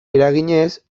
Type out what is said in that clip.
eraginez